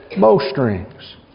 bowstrings